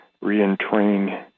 re-entrain